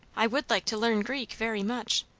i would like to learn greek, very much.